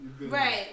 Right